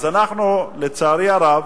אז אנחנו, לצערי הרב,